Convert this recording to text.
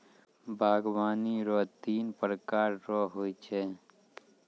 बागवानी रो तीन प्रकार रो हो छै